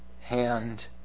hand